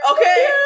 okay